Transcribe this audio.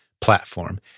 platform